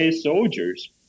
soldiers